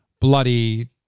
bloody